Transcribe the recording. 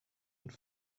und